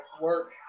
work